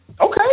Okay